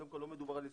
לא מדובר על 26,